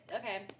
Okay